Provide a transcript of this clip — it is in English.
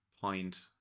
point